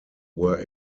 were